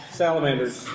salamanders